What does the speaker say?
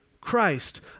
Christ